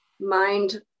mind